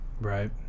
Right